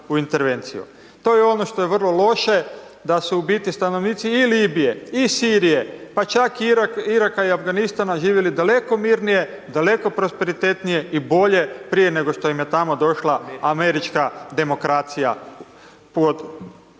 To je ono što je vrlo loše da su u biti stanovnici i Libije i Sirije, pa čak i Iraka i Afganistana živjeli daleko mirnije, daleko prosperitetnije i bolje prije nego što im je tamo došla američka demokracija